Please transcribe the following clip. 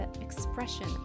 expression